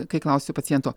kai klausiu paciento